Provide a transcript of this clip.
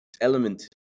element